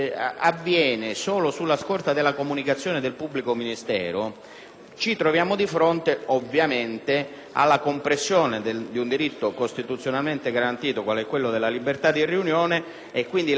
alla compressione di un diritto costituzionalmente garantito quale quello della libertà di riunione. Mi domando pertanto se si tratta di una norma funzionale ad un obiettivo specifico, quale può essere il contrasto al terrorismo, nel qual caso,